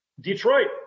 Detroit